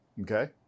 Okay